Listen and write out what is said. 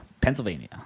Pennsylvania